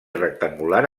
rectangular